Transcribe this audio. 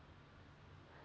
do you live near teck whye